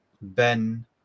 Ben